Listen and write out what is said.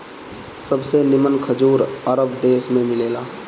सबसे निमन खजूर अरब देश में मिलेला